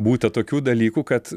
būta tokių dalykų kad